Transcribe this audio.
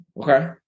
Okay